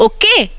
Okay